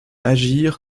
agir